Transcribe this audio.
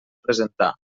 presentar